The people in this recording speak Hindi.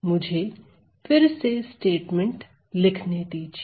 मुझे फिर से स्टेटमेंट लिखने दीजिए